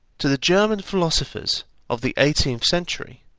to the german philosophers of the eighteenth century,